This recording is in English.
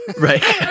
right